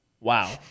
Wow